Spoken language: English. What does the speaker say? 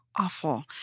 Awful